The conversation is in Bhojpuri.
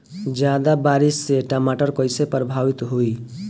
ज्यादा बारिस से टमाटर कइसे प्रभावित होयी?